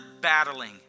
battling